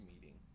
meeting